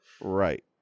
Right